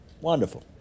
wonderful